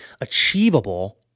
achievable